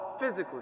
physically